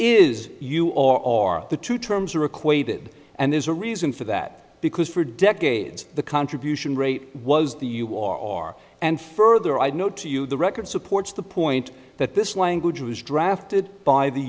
is you or the two terms are equated and there's a reason for that because for decades the contribution rate was the you are and further i know to you the record supports the point that this language was drafted by the